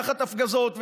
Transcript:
תחת הפגזות,